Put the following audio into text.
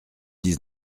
dix